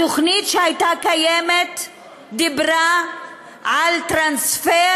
התוכנית שהייתה קיימת דיברה על טרנספר